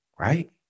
Right